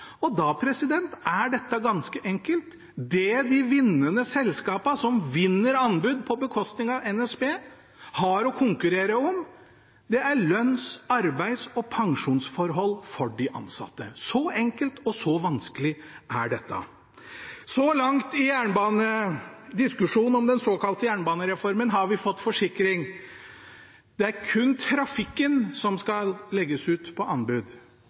fastlagt. Da er dette ganske enkelt: Det de vinnende selskapene, som vinner anbud på bekostning av NSB, har å konkurrere om, er lønns-, arbeids- og pensjonsforhold for de ansatte – så enkelt og så vanskelig er dette. Så langt i diskusjonen om den såkalte jernbanereformen har vi fått forsikring om at det kun er trafikken som skal legges ut på anbud.